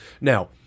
Now